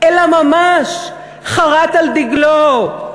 אלא ממש חרת על דגלו,